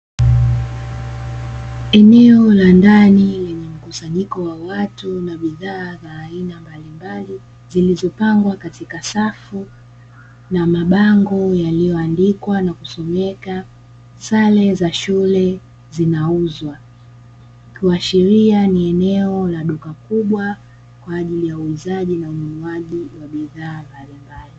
Eneo la ndani lenye mkusanyiko wa watu na bidhaa za aina mbalimbal, zilizopangwa katika safu na mabango yaliyoandikwa na kusomeka sare za shule zinauzwa. kuashiria ni eneo la duka kubwa kwa ajili ya uuzaji na ununuaji wa bidhaa mbalimbali.